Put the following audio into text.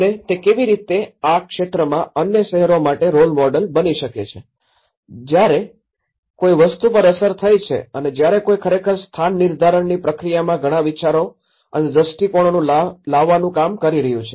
અને તે કેવી રીતે આ ક્ષેત્રમાં અન્ય શહેરો માટે રોલ મોડેલ બની શકે છે અને જ્યારે કોઈ વસ્તુ પર અસર થઈ છે અને જ્યારે કોઈ ખરેખર સ્થાન નિર્ધારણની પ્રક્રિયામાં ઘણા વિચારો અને દ્રષ્ટિકોણો લાવવાનું કામ કરી રહ્યું છે